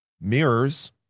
mirrors